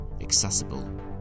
accessible